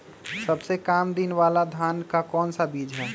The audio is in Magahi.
सबसे काम दिन होने वाला धान का कौन सा बीज हैँ?